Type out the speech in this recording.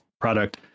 product